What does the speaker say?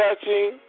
touching